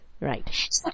Right